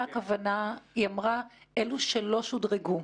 מה הכוונה באמירה "אלה שלא שודרגו"?